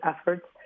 efforts